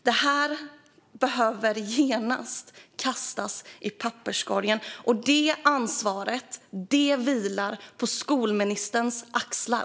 Det här behöver genast kastas i papperskorgen, och det ansvaret vilar på skolministerns axlar.